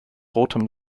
rotem